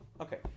Okay